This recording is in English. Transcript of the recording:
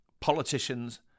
politicians